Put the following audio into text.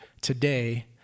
today